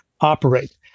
operate